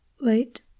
late